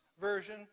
version